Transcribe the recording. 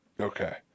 Okay